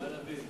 אללה מעכּ.